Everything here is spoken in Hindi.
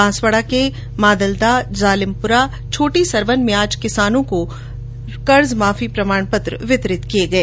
बांसवाडा के मादलदा जालिमपुरा छोटी सरवन में किसानों को आज ऋणमाफी प्रमाण पत्र वितरित किए गए